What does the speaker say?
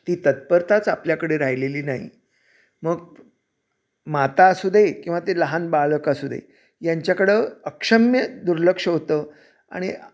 ती तत्परताच आपल्याकडे राहिलेली नाही मग माता असू दे किंवा ते लहान बालक असू दे यांच्याकडं अक्षम्य दुर्लक्ष होतं आणि